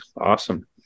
Awesome